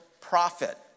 profit